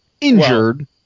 injured